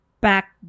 back